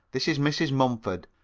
this is mrs. mumford.